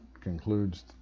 concludes